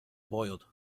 boiled